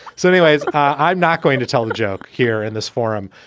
so anyways, i'm not going to tell the joke here in this forum.